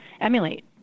emulate